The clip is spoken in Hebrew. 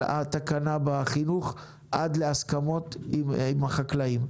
התקנה בחינוך עד להסכמות עם החקלאים.